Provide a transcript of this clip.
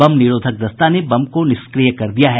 बम निरोधक दस्ता ने बम को निष्क्रिय कर दिया है